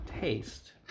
taste